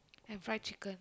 and fried chicken